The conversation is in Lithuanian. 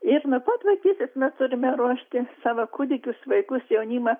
ir nuo pat vaikystės mes turime ruošti savo kūdikius vaikus jaunimą